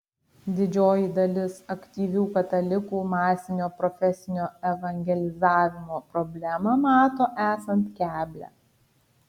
didžioji dalis aktyvių katalikų masinio profesinio evangelizavimo problemą mano esant keblią